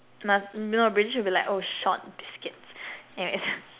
must no British would be like oh short biscuits